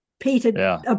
peter